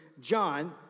John